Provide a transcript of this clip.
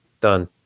done